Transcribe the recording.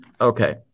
Okay